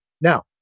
now